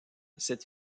cette